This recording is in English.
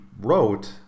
wrote